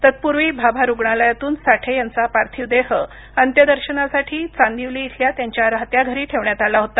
तत्पूर्वी भाभा रूग्णालयातून साठे यांचा पार्थिव देह अंत्यदर्शनासाठी चांदिवली इथल्या त्यांच्या राहत्या घरी ठेवण्यात आला होता